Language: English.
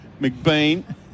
McBean